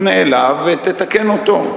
תפנה אליו ותתקן אותו.